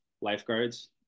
lifeguards